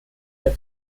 der